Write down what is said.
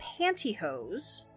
pantyhose